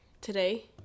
today